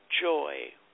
joy